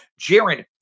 Jaron